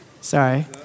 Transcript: Sorry